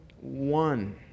one